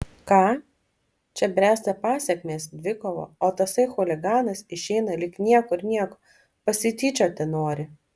ką čia bręsta pasekmės dvikova o tasai chuliganas išeina lyg niekur nieko pasityčioti nori